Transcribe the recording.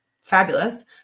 fabulous